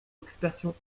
occupation